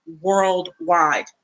worldwide